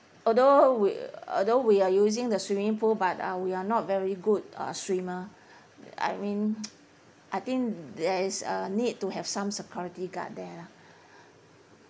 although we although we are using the swimming pool but uh we are not very good uh swimmer I mean I think there is a need to have some security guard there lah